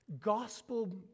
gospel